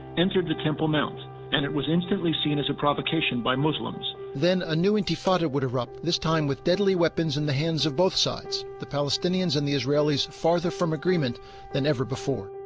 entered the temple mount and it was instantly seen as a provocation by muslims, then a new intifada would erupt, this time with deadly weapons in the hands of both sides the palestinians and israelis farther from agreement than ever before